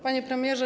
Panie Premierze!